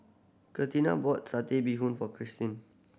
Katina bought Satay Bee Hoon for Christine